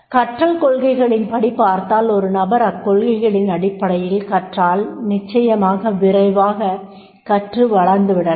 கற்றல் கொள்கைகளின்படிப் பார்த்தால் ஒரு நபர் அக்கொள்கைகளின் அடிப்படையில் கற்றால் நிச்சயமாக மிக விரைவாகக் கற்று வளர்ந்து விடலாம்